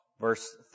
Verse